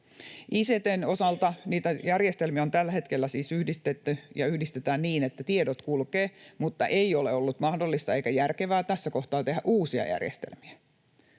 niitä järjestelmiä on tällä hetkellä siis yhdistetty ja yhdistetään niin, että tiedot kulkevat, mutta ei ole ollut mahdollista eikä järkevää tässä kohtaa tehdä uusia järjestelmiä,